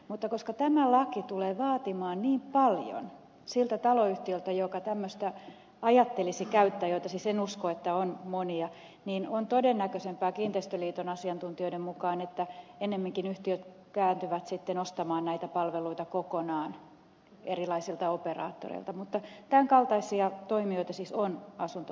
mutta koska tämä laki tulee vaatimaan niin paljon siltä taloyhtiöltä joka tämmöistä ajattelisi käyttää enkä siis usko näitä olevan monia niin on todennäköisempää kiinteistöliiton asiantuntijoiden mukaan että ennemminkin yhtiöt kääntyvät sitten ostamaan näitä palveluita kokonaan erilaisilta operaattoreilta mutta tämän kaltaisia toimijoita siis on asunto osakeyhtiöissä